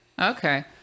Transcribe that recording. okay